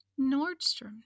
Nordstrom